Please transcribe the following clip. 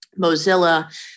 Mozilla